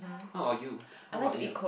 how about you how about you